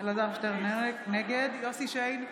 יוסף שיין,